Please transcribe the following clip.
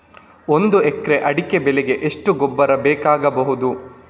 ಒಂದು ಎಕರೆ ಅಡಿಕೆ ಬೆಳೆಗೆ ಎಷ್ಟು ಗೊಬ್ಬರ ಬೇಕಾಗಬಹುದು?